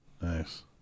Nice